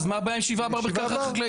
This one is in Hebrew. אז מה הבעיה עם 7 בר בקרקע חקלאית?